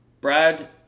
Brad